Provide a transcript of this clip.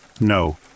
No